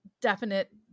definite